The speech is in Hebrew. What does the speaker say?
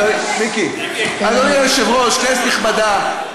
מיקי, אדוני היושב-ראש, כנסת נכבדה,